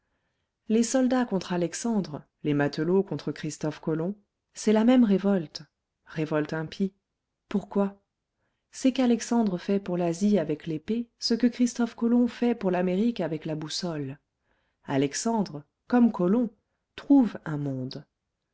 les soldats contre alexandre les matelots contre christophe colomb c'est la même révolte révolte impie pourquoi c'est qu'alexandre fait pour l'asie avec l'épée ce que christophe colomb fait pour l'amérique avec la boussole alexandre comme colomb trouve un monde